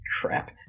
crap